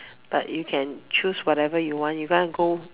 but you can choose whatever you want if you want to go mm